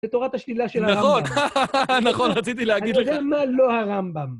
זה תורת השלילה של הרמב״ם. נכון, נכון, רציתי להגיד לך. אתה יודע מה? לא הרמב״ם.